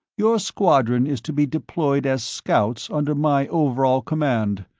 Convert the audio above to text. your squadron is to be deployed as scouts under my overall command.